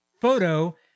photo